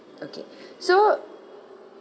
okay so